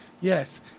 Yes